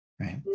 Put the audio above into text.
right